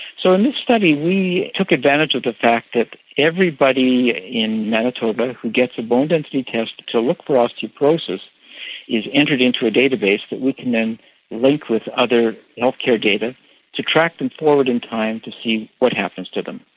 so in this study we took advantage of the fact that everybody in manitoba who gets a bone density test to look for osteoporosis is entered into a database that we can then link with other healthcare data to track them forward in time to see what happens to them.